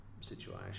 situation